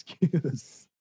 excuse